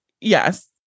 yes